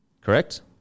Correct